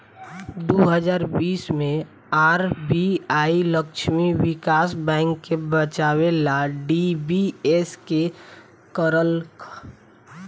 दू हज़ार बीस मे आर.बी.आई लक्ष्मी विकास बैंक के बचावे ला डी.बी.एस.के करलख